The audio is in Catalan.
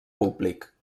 públic